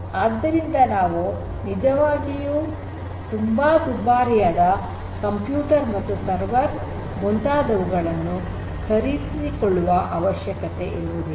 ಆದ್ದರಿಂದ ನಾವು ನಿಜವಾಗಿಯೂ ತುಂಬಾ ದುಬಾರಿಯಾದ ಕಂಪ್ಯೂಟರ್ ಮತ್ತು ಸರ್ವರ್ ಮುಂತಾದವುಗಳನ್ನು ಖರೀದಿಸಿಕೊಳ್ಳುವ ಅವಶ್ಯಕತೆ ಇರುವುದಿಲ್ಲ